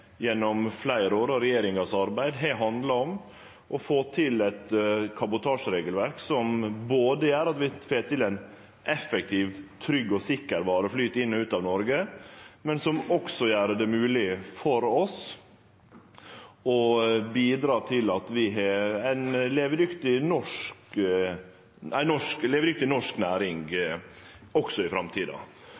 gjennom fleire år handla om å få til eit kabotasjeregelverk som gjer at vi både får til ein effektiv, trygg og sikker vareflyt inn og ut av Noreg, og gjer det mogleg for oss å bidra til at vi skal ha ei levedyktig norsk næring også i framtida.